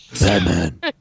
Batman